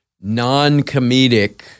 non-comedic